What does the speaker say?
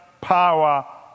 power